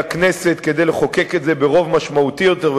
כדי לחוקק את זה ברוב משמעותי יותר,